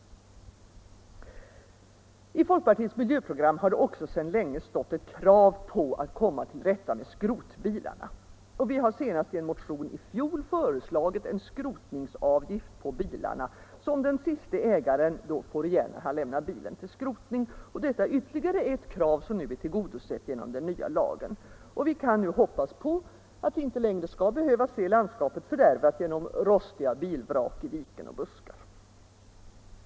I folkpartiets miljöprogram har också sedan länge stått ett krav på att komma till rätta med skrotbilarna. Vi har senast i en motion i fjol föreslagit en skrotningsavgift på bilarna som den siste ägaren då får igen när han lämnar bilen till skrotning. Detta är ytterligare ett krav som nu är tillgodosett genom den nya lagen. Vi kan nu hoppas på att vi inte längre skall behöva se landskapet fördärvat genom rostiga bilvrak i diken och buskar.